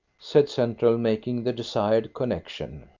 said central, making the desired connection.